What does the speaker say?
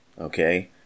Okay